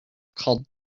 called